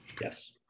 Yes